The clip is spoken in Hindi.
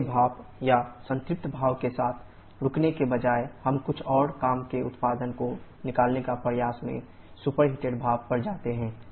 गीले भाप या संतृप्त भाप के साथ रुकने के बजाय हम कुछ और काम के उत्पादन को निकालने के प्रयास में सुपरहिटेड भाप पर जाते हैं